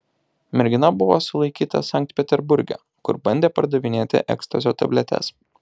mergina buvo sulaikyta sankt peterburge kur bandė pardavinėti ekstazio tabletes